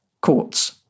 courts